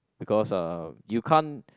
because uh you can't